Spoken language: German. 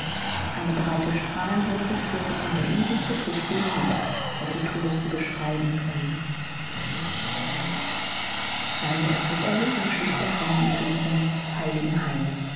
eine breite strahlenbrücke führte von der insel zur küste hinüber hätte tullus sie beschreiten können leise erhob er sich und schlich davon in die finsternisse des heiligen haines